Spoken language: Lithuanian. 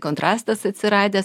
kontrastas atsiradęs